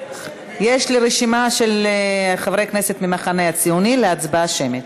יש לי רשימה של חברי כנסת מהמחנה הציוני להצבעה שמית.